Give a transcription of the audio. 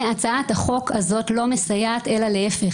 והצעת החוק הזאת לא מסייעת, אלא להפך.